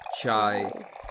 Chai